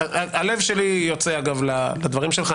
הלב שלי יוצא, אגב, לדברים שלך.